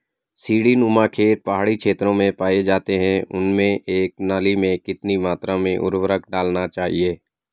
सीड़ी नुमा खेत पहाड़ी क्षेत्रों में पाए जाते हैं उनमें एक नाली में कितनी मात्रा में उर्वरक डालना चाहिए?